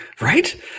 Right